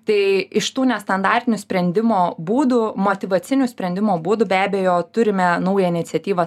tai iš tų nestandartinių sprendimo būdų motyvacinių sprendimo būdų be abejo turime naują iniciatyvą